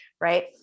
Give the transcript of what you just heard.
right